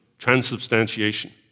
Transubstantiation